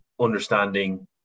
understanding